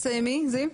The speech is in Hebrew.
תסיימי, בבקשה, זיו.